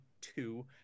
two